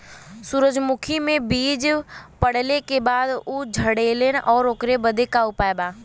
सुरजमुखी मे बीज पड़ले के बाद ऊ झंडेन ओकरा बदे का उपाय बा?